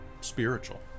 spiritual